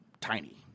tiny